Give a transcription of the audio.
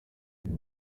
uyu